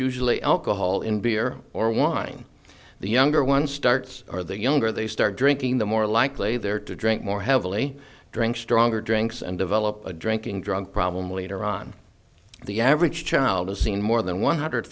usually alcohol in beer or wine the younger one starts or the younger they start drinking the more likely they're to drink more heavily drink stronger drinks and develop a drinking drug problem later on the average child has seen more than one hundred